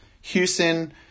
Houston